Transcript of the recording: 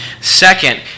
Second